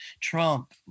Trump